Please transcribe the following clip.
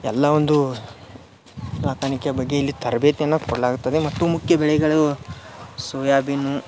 ಎಲ್ಲ ಒಂದು ಸಾಕಾಣಿಕೆ ಬಗ್ಗೆ ಇಲ್ಲಿ ತರಬೇತಿಯನ್ನ ಕೊಡಲಾಗುತ್ತದೆ ಮತ್ತು ಮುಖ್ಯ ಬೆಳೆಗಳು ಸೋಯಾಬೀನು